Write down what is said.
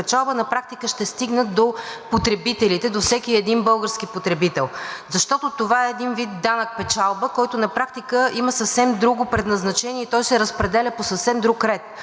свръхпечалба, на практика ще стигнат до потребителите, до всеки един български потребител. Защото това е един вид данък печалба, който на практика има съвсем друго предназначение и той се разпределя по съвсем друг ред.